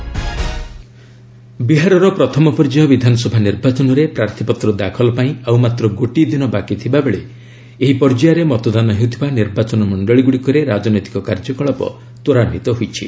Bihar election ବିହାରର ପ୍ରଥମ ପର୍ଯ୍ୟାୟ ବିଧାନସଭା ନିର୍ବାଚନରେ ପ୍ରାର୍ଥୀପତ୍ର ଦାଖଲର ପାଇଁ ଆଉ ମାତ୍ର ଗୋଟିଏ ଦିନ ବାକିଥିବା ବେଳେ ଏହି ପର୍ଯ୍ୟାୟରେ ମତଦାନ ହେଉଥିବା ନିର୍ବାଚନ ମଣ୍ଡଳୀଗୁଡ଼ିକରେ ରାଜନୈତିକ କାର୍ଯ୍ୟକଳାପ ତ୍ୱରାନ୍ପିତ ହୋଇଛି